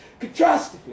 Contrastively